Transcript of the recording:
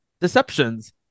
Deceptions